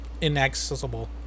inaccessible